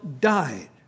died